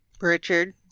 Richard